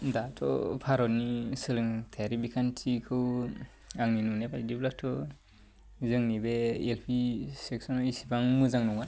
दाथ' भारतनि सोलोंथाइयारि बिखान्थिखौ आंनि नुनाय बायदिब्लाथ' जोंनि बे एल पि सेकस'नाव इसिबां मोजां नङा